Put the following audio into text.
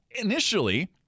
initially